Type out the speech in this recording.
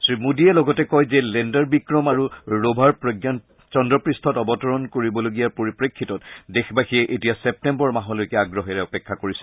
শ্ৰীমোদীয়ে লগতে কয় যে লেণ্ডাৰ বিক্ৰম আৰু ৰোভাৰ প্ৰজ্ঞান চন্দ্ৰপৃষ্ঠত অৱতৰণ কৰিবলগীয়াৰ পৰিপ্ৰেক্ষিতত দেশবাসীয়ে এতিয়া ছেপ্তেম্বৰ মাহলৈ আগ্ৰহেৰে অপেক্ষা কৰিছে